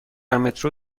مترو